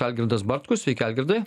algirdas bartkus sveiki algirdai